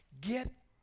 get